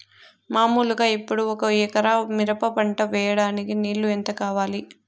మామూలుగా ఇప్పుడు ఒక ఎకరా మిరప పంట వేయడానికి నీళ్లు ఎంత కావాలి?